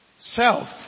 Self